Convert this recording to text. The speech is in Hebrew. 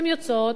הן יוצאות,